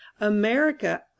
America—